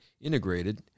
Integrated